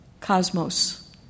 Cosmos